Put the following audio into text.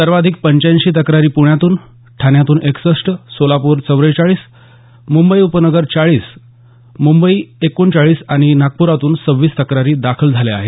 सर्वाधिक पंचाऐंशी तक्रारी पुण्यातून ठाण्यातून एकसष्ठ सोलापूर चव्वेचाळीस मुंबई उपनगर चाळीस मुंबई एकोणचाळीस आणि नागपूरातून सव्वीस तक्रारी दाखल झाल्या आहेत